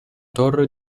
torre